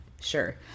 sure